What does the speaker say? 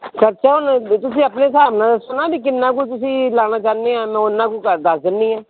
ਖ਼ਰਚਾ ਹੁਣ ਤੁਸੀਂ ਆਪਣੇ ਹਿਸਾਬ ਨਾਲ਼ ਦੱਸੋ ਨਾ ਵੀ ਕਿੰਨਾਂ ਕੁ ਤੁਸੀਂ ਲਾਣਾ ਚਾਹੁੰਦੇ ਹੋ ਮੈਂ ਉਨਾਂ ਕੁ ਦੱਸ ਦਿੰਦੀ ਆ